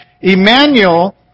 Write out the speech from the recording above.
Emmanuel